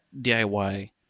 DIY